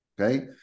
Okay